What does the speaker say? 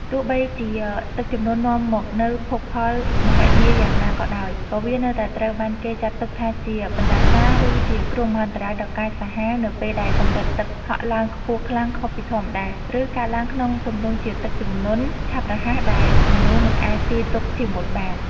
ទោះបីជាទឹកជំនន់នាំមកនូវភោគផលមហិមាយ៉ាងណាក៏ដោយ ក៏វានៅតែត្រូវបានគេចាត់ទុកថាជា បណ្ដាសា ឬជាគ្រោះមហន្តរាយដ៏កាចសាហាវ នៅពេលដែលកម្រិតទឹកហក់ឡើងខ្ពស់ខ្លាំងខុសពីធម្មតា ឬកើតឡើងក្នុងទម្រង់ជាទឹកជំនន់ឆាប់រហ័សដែលមនុស្សមិនអាចទាយទុកជាមុនបាន។